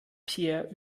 peer